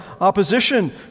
opposition